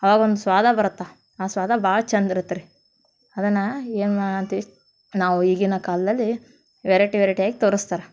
ಅವಾಗೊಂದು ಸ್ವಾದ ಬರುತ್ತೆ ಆ ಸ್ವಾದ ಭಾಳ ಚೆಂದ ಇರತ್ತೆ ರೀ ಅದನ್ನು ಏನು ಮಾ ಅಂತೀವಿ ನಾವು ಈಗಿನ ಕಾಲದಲ್ಲಿ ವೆರೈಟಿ ವೆರೈಟಿಯಾಗಿ ತೋರಿಸ್ತಾರ